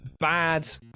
bad